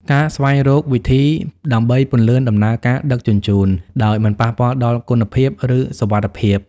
ការស្វែងរកវិធីដើម្បីពន្លឿនដំណើរការដឹកជញ្ជូន ដោយមិនប៉ះពាល់ដល់គុណភាព ឬសុវត្ថិភាព។